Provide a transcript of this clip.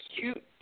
cute